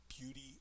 Beauty